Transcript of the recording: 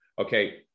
Okay